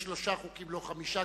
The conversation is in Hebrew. יש שלושה חוקים ולא חמישה,